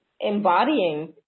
embodying